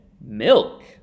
milk